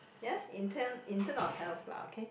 ya in term in term of health lah okay